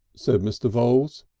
said mr. voules,